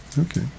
Okay